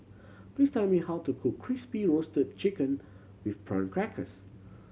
please tell me how to cook Crispy Roasted Chicken with Prawn Crackers